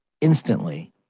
instantly